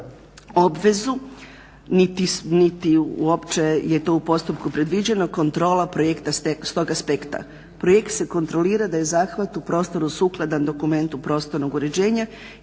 obvezu niti uopće je to u postupku predviđeno kontrola projekta s tog aspekta. Projekt se kontrolira da je zahvat u prostoru sukladan dokumentu prostornog uređenja